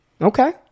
Okay